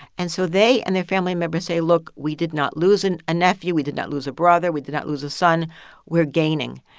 and so they and their family members say, look, we did not lose and a nephew, we did not lose a brother, we did not lose a son we're gaining.